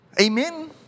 Amen